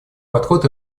подход